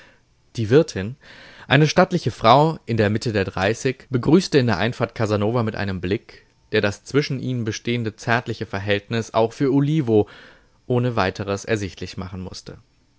die wirtin eine stattliche frau in der mitte der dreißig begrüßte in der einfahrt casanova mit einem blick der das zwischen ihnen bestehende zärtliche verhältnis auch für olivo ohne weitres ersichtlich machen mußte